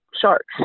Sharks